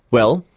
well,